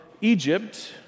Egypt